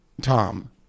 Tom